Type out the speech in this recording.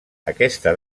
aquesta